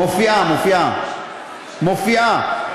מופיעה, מופיעה.